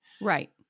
Right